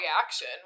reaction